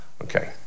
Okay